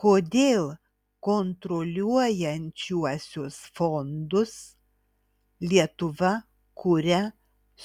kodėl kontroliuojančiuosius fondus lietuva kuria